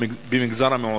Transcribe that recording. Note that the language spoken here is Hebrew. במגזר המיעוטים,